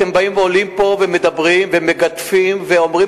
אתם באים ועולים פה ומדברים ומגדפים ואומרים